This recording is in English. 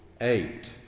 eight